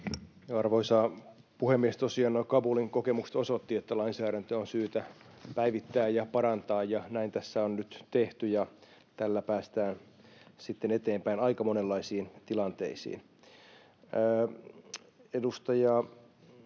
Arvoisa puhemies! Tosiaan nuo Kabulin kokemukset osoittivat, että lainsäädäntöä on syytä päivittää ja parantaa. Näin tässä on nyt tehty, ja tällä päästään sitten eteenpäin aika monenlaisiin tilanteisiin.